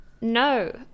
No